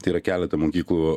tai yra keleta mokyklų